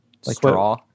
Straw